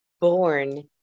born